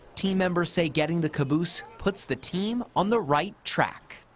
team members say getting the caboose puts the team on the right track.